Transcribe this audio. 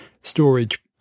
storage